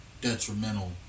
detrimental